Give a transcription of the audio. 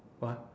what